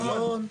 נכון.